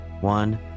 one